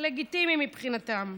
לגיטימי מבחינתם.